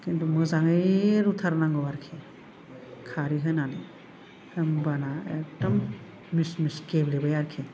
खिन्थु मोजाङै रुथारनांगौ आरोखि खारै होनानै होमबाना एखदम मिस मिस गेब्लेबाय आरोखि